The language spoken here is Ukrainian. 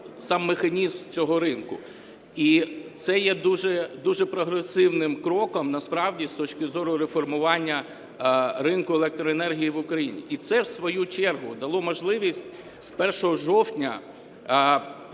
сам механізм цього ринку. І це є дуже прогресивним кроком насправді з точки зору реформування ринку електроенергії в Україні. І це у свою чергу дало можливість з 1 жовтня знизити